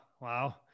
wow